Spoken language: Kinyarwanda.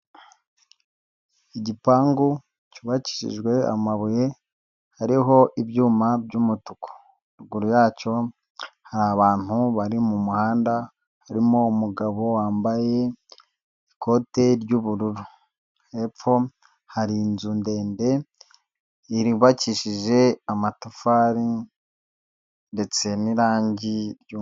Igipangu cyubakishijwe amabuye hariho ibyuma by'umutuku, ruguru yacyo hari abantu bari mu muhanda harimo umugabo wambaye ikote ry'ubururu, hepfo hari inzu ndende yubakishije amatafari ndetse n'irangi ry'u...